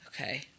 Okay